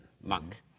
monk